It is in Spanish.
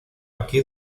aquí